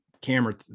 camera